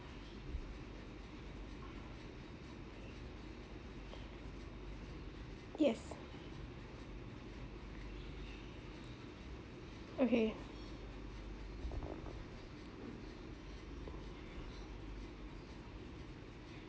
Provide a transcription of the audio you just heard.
yes okay